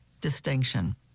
distinction